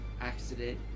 accident